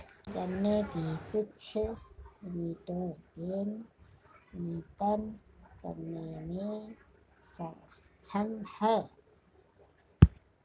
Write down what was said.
गन्ने की कुछ निटोगेन नियतन करने में सक्षम है